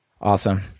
Awesome